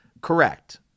Correct